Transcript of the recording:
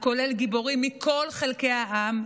הכולל גיבורים מכל חלקי העם,